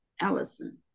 Allison